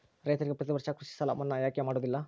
ರೈತರಿಗೆ ಪ್ರತಿ ವರ್ಷ ಕೃಷಿ ಸಾಲ ಮನ್ನಾ ಯಾಕೆ ಮಾಡೋದಿಲ್ಲ?